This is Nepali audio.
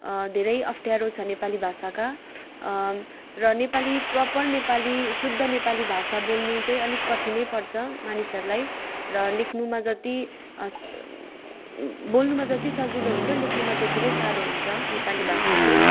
धेरै अप्ठ्यारो छ नेपाली भाषाका र नेपाली प्रपर नेपाली शुद्ध नेपाली भाषा बोल्नु चाहिँ अलिक कठिन नै पर्छ मानिसहरूलाई र लेख्नुमा जति बोल्नुमा जति सजिलो हुन्छ लेख्नुमा त्यति नै साह्रो हुन्छ नेपाली भाषा चाहिँ